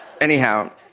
Anyhow